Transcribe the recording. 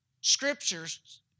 Scriptures